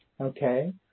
Okay